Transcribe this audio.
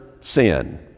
sin